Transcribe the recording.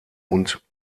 und